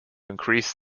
increase